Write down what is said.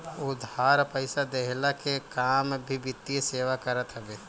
उधार पईसा देहला के काम भी वित्तीय सेवा करत हवे